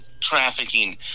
trafficking